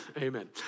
Amen